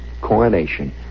coronation